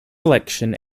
election